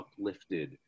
uplifted